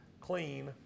clean